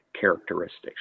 characteristics